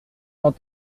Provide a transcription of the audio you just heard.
sans